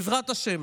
בעזרת השם